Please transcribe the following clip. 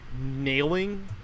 nailing